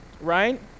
right